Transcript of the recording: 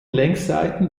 längsseiten